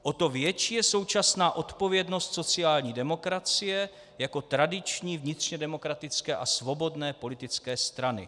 O to větší je současná odpovědnost sociální demokracie jako tradiční vnitřně demokratické a svobodné politické strany.